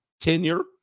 tenure